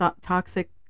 toxic